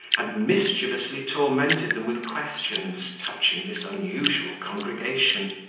and mischievously tormented them with questions, touching this unusual congregation